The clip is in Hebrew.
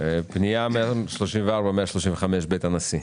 פנייה 134 ו-135, בית הנשיא.